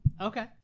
Okay